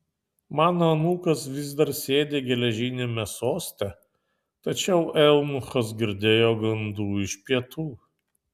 mano anūkas vis dar sėdi geležiniame soste tačiau eunuchas girdėjo gandų iš pietų